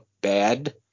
bad